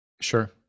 Sure